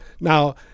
Now